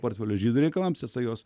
portfelio žydų reikalams esą jos